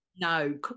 No